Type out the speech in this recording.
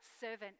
servant